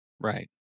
Right